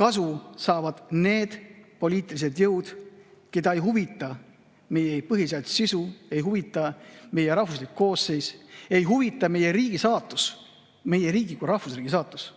kasu saavad need poliitilised jõud, keda ei huvita meie põhiseaduse sisu, ei huvita meie rahvuslik koosseis, ei huvita meie riigi saatus, meie riigi kui rahvusriigi saatus.